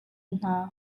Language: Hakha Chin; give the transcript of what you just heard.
hna